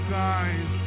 guys